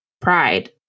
pride